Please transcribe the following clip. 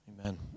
Amen